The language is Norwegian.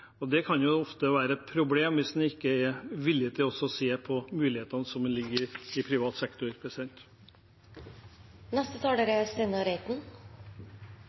Det kan ofte være et problem hvis en ikke er villig til også å se på mulighetene som ligger i privat sektor.